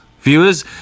Viewers